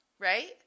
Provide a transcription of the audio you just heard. right